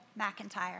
McIntyre